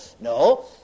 no